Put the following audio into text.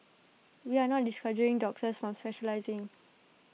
we are not discouraging doctors from specialising